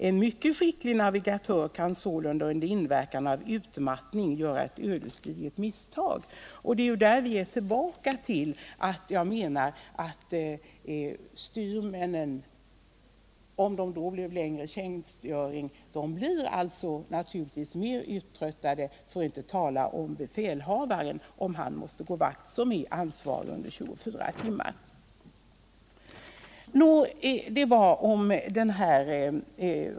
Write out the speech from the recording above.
En mycket skicklig navigatör kan sålunda under inverkan av utmattning göra ett ödesdigert misstag.” Då är vi tillbaka till vad jag sade om att det naturligtvis blir mer uttröttning om det blir längre tjänstgöring för styrman — för att inte tala om befälhavaren, om han måste gå vakt under de 24 timmar då han är ansvarig för fartyget.